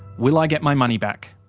will i get my money back?